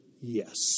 yes